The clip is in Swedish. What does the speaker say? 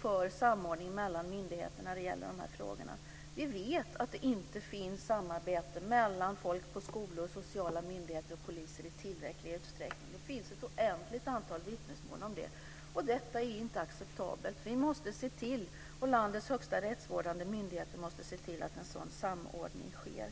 för samordning mellan myndigheter när det gäller dessa frågor. Vi vet att det inte finns samarbete mellan människor i skolor, vid sociala myndigheter och polisen i tillräcklig utsträckning. Det finns ett oändligt antal vittnesmål om det. Och detta är inte acceptabelt. Vi och landets högsta rättsvårdande myndigheter måste se till att en sådan samordning sker.